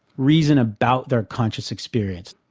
reason about their conscious experience,